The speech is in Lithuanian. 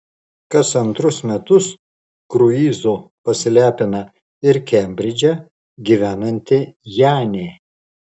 kas antrus metus kruizu pasilepina ir kembridže gyvenanti janė